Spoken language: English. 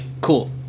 cool